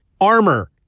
armor